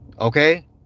okay